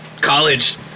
college